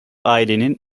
ailenin